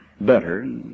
better